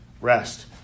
rest